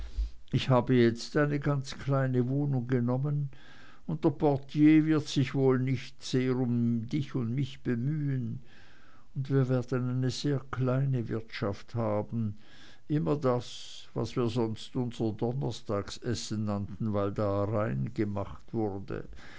ich habe jetzt eine ganz kleine wohnung genommen und der portier wird sich wohl nicht sehr um dich und um mich bemühen und wir werden eine sehr kleine wirtschaft haben immer das was wir sonst unser donnerstagessen nannten weil da reingemacht wurde